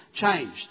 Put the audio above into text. changed